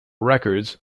records